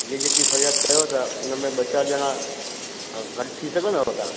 इहा जेकी फरियाद कयो था उन में ॿ चारि ॼणा गॾु थी सघंदव तव्हां